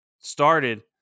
started